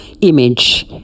image